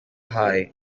haye